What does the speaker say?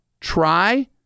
try